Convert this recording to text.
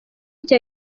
cya